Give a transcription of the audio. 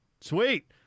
Sweet